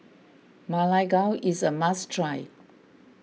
Ma Lai Gao is a must try